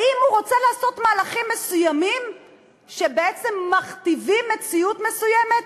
האם הוא רוצה לעשות מהלכים מסוימים שבעצם מכתיבים מציאות מסוימת?